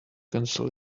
cancel